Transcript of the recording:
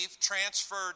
transferred